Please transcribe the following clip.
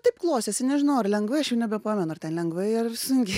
taip klostėsi nežinau ar lengvai aš jau nebepamenu ar ten lengvai ar sunkiai